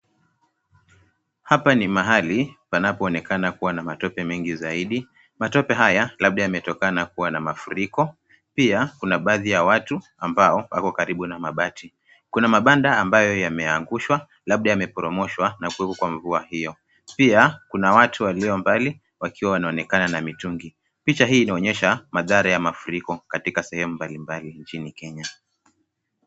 Hapa ni mahali panapoonekana kuwa na matope mengi zaidi. Matope haya labda yametokana kuwa na mafuriko. Pia kuna baadhi ya watu ambao wako karibu na mabati. Kuna mabanda ambayo yameangushwa, labda yameporomoshwa na kuwekwa kwa mvua hio. Pia kuna watu walio mbali wakiwa wanaonekana na mitungi. Picha hii inaonyesha madhara ya mafuriko katika sehemu mbalimbali nchini Kenya.